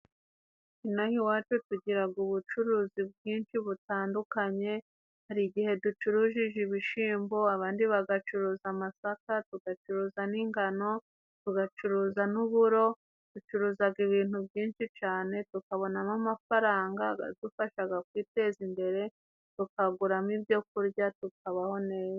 Inaha iwacu tugiraga ubucuruzi bwinshi butandukanye hari igihe ducurushije ibishimbo, abandi bagacuruza amasaka, tugacuruza n'ingano, tugacuruza n'uburo. Ducuruzaga ibintu byinshi cane tukabonamo amafaranga gadufashaga kwiteza imbere, tukaguramo ibyokurya tukabaho neza.